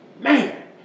man